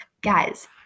Guys